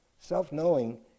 Self-knowing